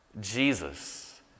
Jesus